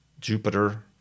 Jupiter